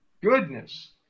goodness